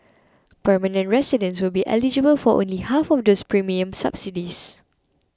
permanent residents will be eligible for only half of these premium subsidies